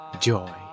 joy